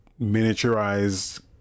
miniaturized